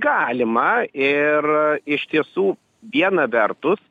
galima ir iš tiesų viena vertus